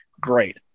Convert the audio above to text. great